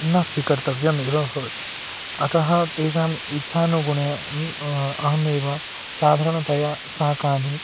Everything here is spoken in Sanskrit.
न स्वीकर्तव्यम् एव भवति अतः तेषाम् इच्छानुगुणम् अहमेव साधारणतया शाकानि